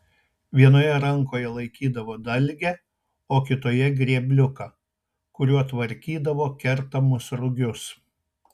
vienoje rankoje laikydavo dalgę o kitoje grėbliuką kuriuo tvarkydavo kertamus rugius